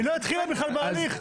היא לא התחילה בכלל בהליך,